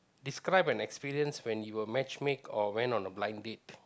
describe an experience when you were match make or went on a blind date